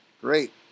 Great